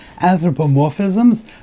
anthropomorphisms